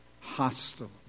hostile